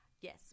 Yes